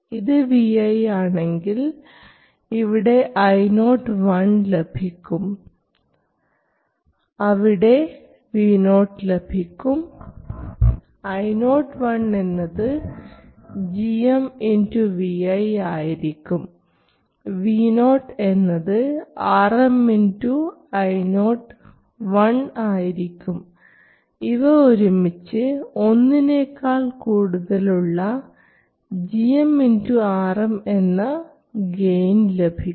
ഇത് Vi ആണെങ്കിൽ ഇവിടെ Io1 ലഭിക്കും അവിടെ Vo ലഭിക്കും Io1 എന്നത് gmVi ആയിരിക്കും Vo എന്നത് RmIo1 ആയിരിക്കും ഇവ ഒരുമിച്ച് ഒന്നിനേക്കാൾ കൂടുതലുള്ള gm Rm എന്ന ഗെയിൻ ലഭിക്കും